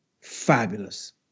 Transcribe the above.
fabulous